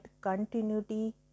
continuity